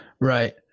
right